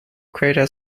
greater